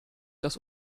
das